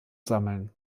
sammeln